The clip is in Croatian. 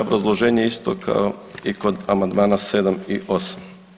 Obrazloženje isto kao i kod amandmana 7. i 8.